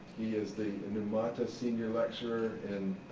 he is the numata senior lecturer in